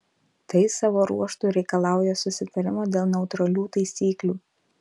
tai savo ruožtu reikalauja susitarimo dėl neutralių taisyklių